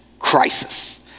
crisis